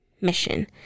mission